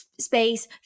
space